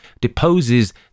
deposes